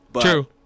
true